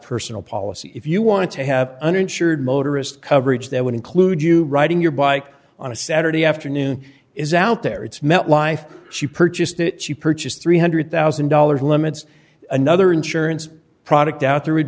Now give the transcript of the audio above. personal policy if you want to have uninsured motorist coverage that would include you riding your bike on a saturday afternoon is out there it's met life she purchased it she purchased three hundred thousand dollars limits another insurance product out there would